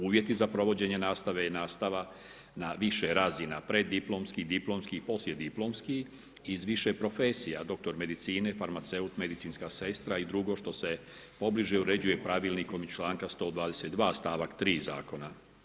Uvjeti za provođenje nastave i nastava na više razina preddiplomski i diplomskih, poslijediplomskih iz više profesija, doktor medicine, farmaceut, medicinska sestra i drugo što se pobliže uređuje pravilnikom iz članka 122. stavak 3. zakona.